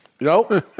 No